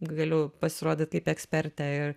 galiu pasirodyt kaip ekspertė ir